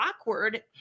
awkward